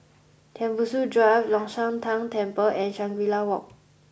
Tembusu Drive Long Shan Tang Temple and Shangri La Walk